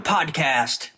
Podcast